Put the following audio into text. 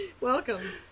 Welcome